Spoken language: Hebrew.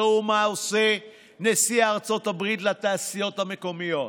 ראו מה עושה נשיא ארצות הברית לתעשיות המקומיות,